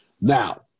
Now